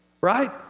Right